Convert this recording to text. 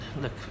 look